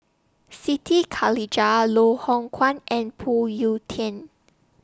Siti Khalijah Loh Hoong Kwan and Phoon Yew Tien